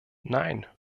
nein